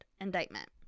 indictment